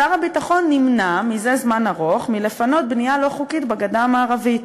שר הביטחון נמנע זה זמן ארוך מלפנות בנייה לא חוקית בגדה המערבית.